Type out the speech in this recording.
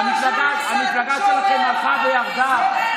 המפלגה שלכם הלכה וירדה.